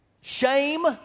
shame